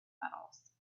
metals